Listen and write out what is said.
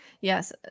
Yes